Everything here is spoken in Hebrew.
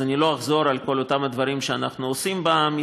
אז אני לא אחזור על כל אותם הדברים שאנחנו עושים במפרץ.